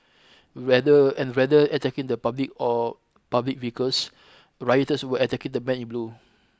rather and rather attacking the public or public vehicles rioters were attacking the men in blue